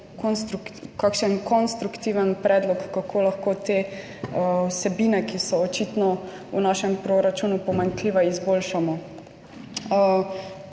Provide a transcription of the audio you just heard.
kakšen konstruktiven predlog, kako lahko te vsebine, ki so očitno v našem proračunu pomanjkljive, izboljšamo.